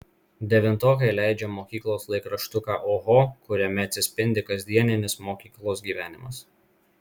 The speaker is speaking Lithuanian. devintokai leidžia mokyklos laikraštuką oho kuriame atsispindi kasdieninis mokyklos gyvenimas